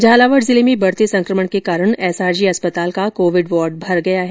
झालावाड़ जिले में बढ़ते संक्रमण के कारण एसआरजी अस्पताल का कोविड वार्ड भर गया है